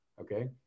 Okay